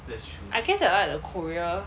I guess I like the korea